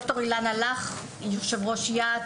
אני יושב-ראש יה"ת,